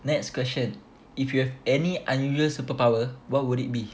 next question if you have any unusual superpower what would it be